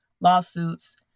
lawsuits